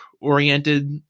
oriented